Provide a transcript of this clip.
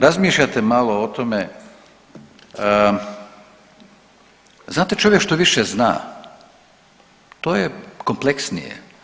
Razmišljate malo o tome, znate čovjek što više zna to je kompleksnije.